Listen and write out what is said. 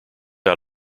out